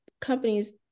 companies